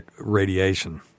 radiation